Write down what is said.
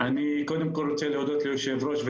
אני רוצה להודות ליושב-ראש,